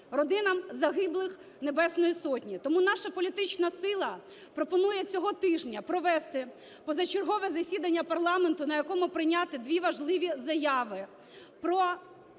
родинам загиблих Небесної Сотні. Тому наша політична сила пропонує цього тижня провести позачергове засідання парламенту, на якому прийняти дві важливі заяви: про